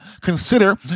consider